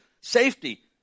safety